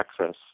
access